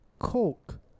Coke